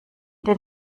den